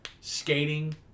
skating